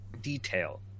detail